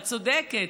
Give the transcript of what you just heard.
את צודקת.